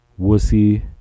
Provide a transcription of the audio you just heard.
Wussy